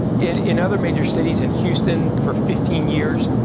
in in other major cities in houston for fifteen years.